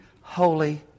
holy